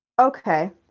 Okay